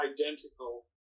identical